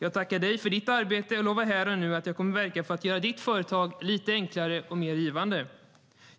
Jag tackar dig för ditt arbete och lovar här och nu att jag kommer att verka för att göra ditt företagande lite enklare och mer givande.